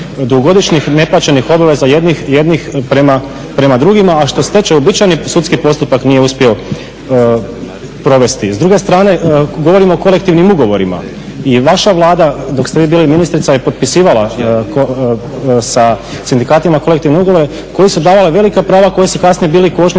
dugogodišnjih neplaćenih obaveza jednih prema drugima a što …/Govornik se ne razumije./… uobičajeni sudski postupak nije uspio nije uspio provesti. S druge strane govorimo o kolektivnim ugovorima i vaša Vlada dok ste vi bili ministrica je potpisivala sa sindikatima kolektivne ugovore koji su davali velika prava koja su kasnije bili kočnica